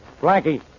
Blanky